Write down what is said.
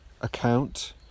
account